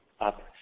up